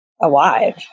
alive